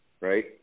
right